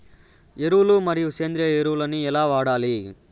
ఎరువులు మరియు సేంద్రియ ఎరువులని ఎలా వాడాలి?